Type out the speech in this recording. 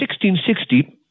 1660